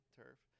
turf